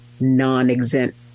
non-exempt